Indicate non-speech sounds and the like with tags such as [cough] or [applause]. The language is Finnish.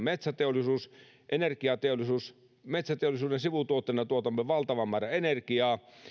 [unintelligible] metsäteollisuus ja energiateollisuus metsäteollisuuden sivutuotteena tuotamme valtavan määrän energiaa